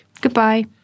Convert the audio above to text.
Goodbye